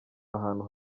ahantu